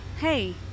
hey